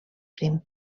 prim